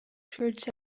trout